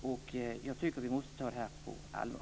Jag tycker att vi måste ta detta på stort allvar.